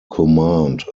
command